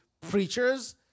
preachers